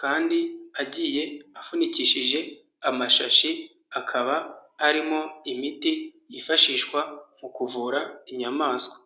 kandi, agiye, afunikishije, amashashi, akaba, arimo, imiti, yifashishwa, mu kuvura, inyamaswa.